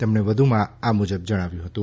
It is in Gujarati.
તેમણે વધુમાં આ મુજબ જણાવ્યું હતું